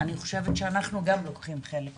אני חושבת שאנחנו גם לוקחים חלק בזה.